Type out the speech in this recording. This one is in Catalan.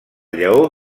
lleó